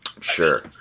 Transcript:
Sure